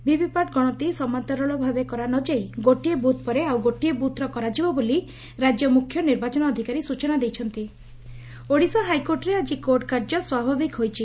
VVPAT ଗଣତି ସମାନ୍ତରାଳ ଭାବେ କରାନଯାଇ ଗୋଟିଏ ବୁଥ୍ ପରେ ଆଉ ଗୋଟିଏ ବୁଥ୍ର କରାଯିବ ବୋଲି ରାଜ୍ୟ ମୁଖ୍ୟ ନିର୍ବାଚନ ଅଧିକାରୀ ସୂଚନା ଦେଇଛନ୍ତି ହାଇକୋର୍ଟ ଓଡ଼ିଶା ହାଇକୋର୍ଟରେ ଆଜି କୋର୍ଟ କାର୍ଯ୍ୟ ସ୍ୱାଭାବିକ ହୋଇଛି